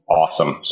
awesome